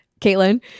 Caitlin